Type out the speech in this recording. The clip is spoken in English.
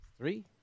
Three